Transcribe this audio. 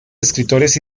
escritores